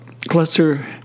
cluster